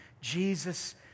Jesus